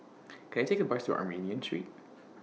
Can I Take A Bus to Armenian Street